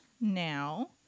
now